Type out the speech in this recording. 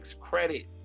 credit